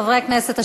חברי הכנסת,